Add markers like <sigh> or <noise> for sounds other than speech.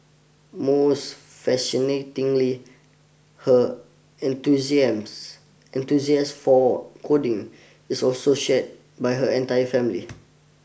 most fascinatingly her <unintelligible> enthusiast for coding is also shared by her entire family